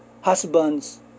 husbands